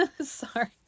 Sorry